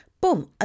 boom